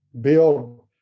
build